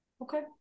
Okay